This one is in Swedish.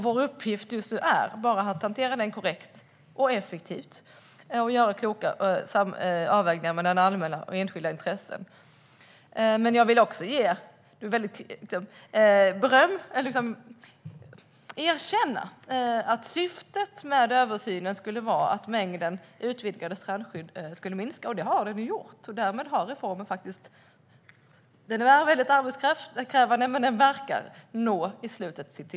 Vår uppgift just nu är att hantera den korrekt och effektivt samt göra kloka avvägningar mellan allmänna och enskilda intressen. Jag vill också erkänna att syftet med översynen var att mängden utvidgade strandskydd skulle minska. Det har de gjort. Därmed är reformen arbetskraftskrävande, men den verkar ändå nå sitt syfte.